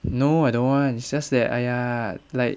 no I don't want and it's just that !aiya! like